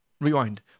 Rewind